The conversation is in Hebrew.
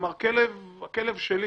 כלומר הכלב שלי,